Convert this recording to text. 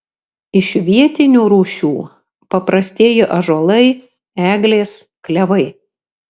iš vietinių rūšių paprastieji ąžuolai eglės klevai